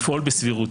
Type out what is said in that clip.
לפעול בסבירות.